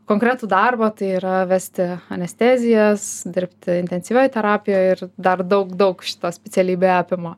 konkretų darbą tai yra vesti anestezijas dirbti intensyvioj terapijoj ir dar daug daug šita specialybė apima